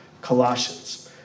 Colossians